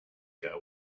ago